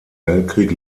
weltkrieg